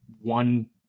one